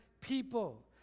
people